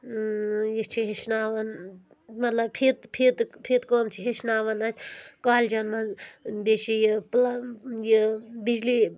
یہِ چھِ ہیٚچھناوَان مطلب فِطہٕ فِطہٕ کٲم چھِ ہیٚچھناوَان اَسہِ کالجَن منٛز بیٚیہِ چھِ یہِ پٕل یہِ بِجلی